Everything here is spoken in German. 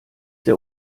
der